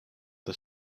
the